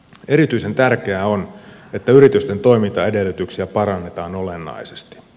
erityisen tärkeää on että yritysten toimintaedellytyksiä parannetaan olennaisesti